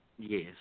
Yes